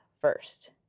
first